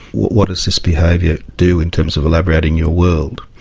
what what does this behaviour do in terms of elaborating your world.